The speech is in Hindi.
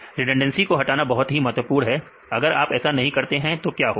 रिडंडेंसी को हटाना बहुत महत्वपूर्ण है अगर आप ऐसा नहीं करते हैं तो क्या होगा